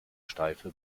steife